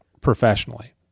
professionally